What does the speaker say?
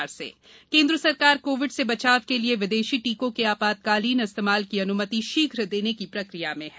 केंद्र टीकाकरण केन्द्र सरकार कोविड से बचाव के लिए विदेशी टीकों के आ ातकालीन इस्तेमाल की अन्मति शीघ्र देने की प्रक्रिया में है